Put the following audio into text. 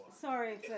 Sorry